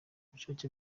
bushake